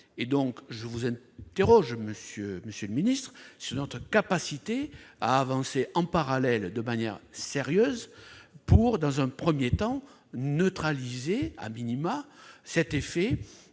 Je vous interroge donc, monsieur le ministre, sur notre capacité à avancer de manière sérieuse pour, dans un premier temps et, neutraliser cet effet